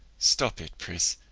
stop it, pris.